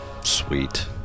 Sweet